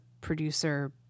producer